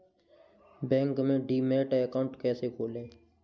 Bank में demat account कैसे खोलें?